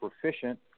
proficient